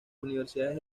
universidades